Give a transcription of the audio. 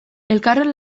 elkarren